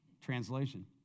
Translation